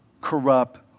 corrupt